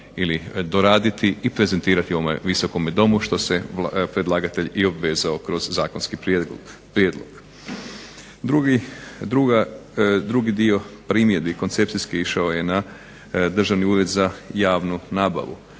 doraditi i prezentirati u ovome Visokom domu što se predlagatelj i obvezao kroz zakonski prijedlog. Drugi dio primjedbi koncepcijski išao je na Državni ured za javnu nabavu